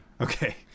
Okay